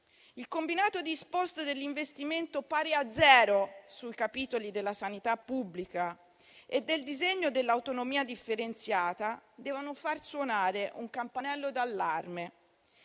Il combinato disposto dell'investimento pari a zero sui capitoli della sanità pubblica e del disegno dell'autonomia differenziata devono far suonare un campanello d'allarme.